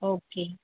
okay